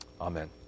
Amen